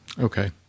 Okay